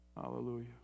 Hallelujah